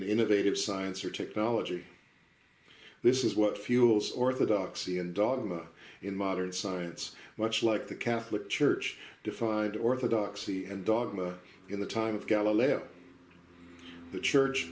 innovative science or technology this is what fuels orthodoxy and dogma in modern science much like the catholic church defied orthodoxy and dog in the time of galileo the church